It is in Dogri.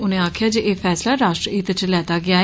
उनें आक्खेआ जे एह् फैसला राष्ट्र हित च लैता गेआ ऐ